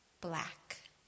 black